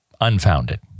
unfounded